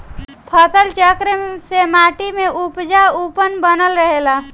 फसल चक्र से माटी में उपजाऊपन बनल रहेला